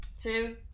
two